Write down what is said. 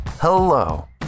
hello